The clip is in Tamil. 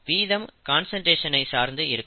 வீதம் கான்சன்ட்ரேஷன் ஐ சார்ந்து இருக்கும்